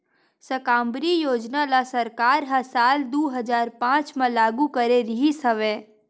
साकम्बरी योजना ल सरकार ह साल दू हजार पाँच म लागू करे रिहिस हवय